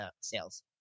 sales